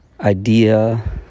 idea